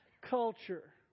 culture